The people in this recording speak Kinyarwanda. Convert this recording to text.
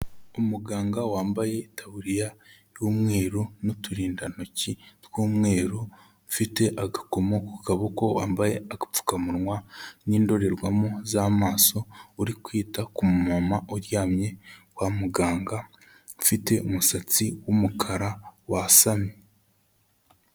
Umuganga wambaye itaburiya y'umweru n'uturindantoki tw'umweru, ufite agakomo ku kaboko, wambaye agapfukamunwa n'indorerwamo z'amaso, uri kwita ku mumama uryamye kwa muganga, ufite umusatsi w'umukara wasamye.